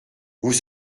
vous